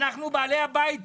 אנחנו בעלי הבית פה.